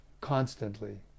constantly